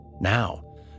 Now